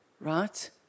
right